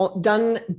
done